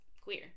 queer